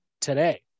today